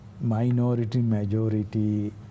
minority-majority